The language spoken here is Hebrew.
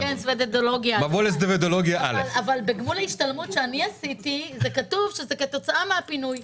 אבל בגמול ההשתלמות שאני עשיתי כתוב שזה כתוצאה מהפינוי.